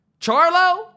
Charlo